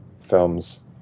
films